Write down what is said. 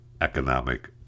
economic